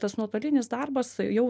tas nuotolinis darbas jau